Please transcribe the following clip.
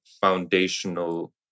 foundational